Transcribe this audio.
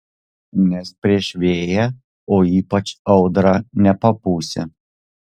nes prieš vėją o ypač audrą nepapūsi